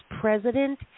president